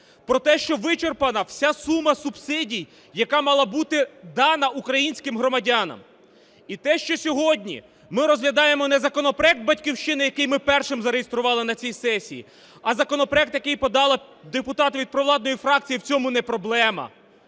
про те, що ви вичерпана вся сума субсидій, яка мала бути дана українським громадянам. І те, що сьогодні ми розглядаємо не законопроект "Батьківщини", який ми першим зареєстрували на цій сесії, а законопроект, який подала депутат від провладної фракції, в цьому не проблема.